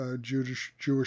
Jewish